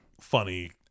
funny